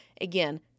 Again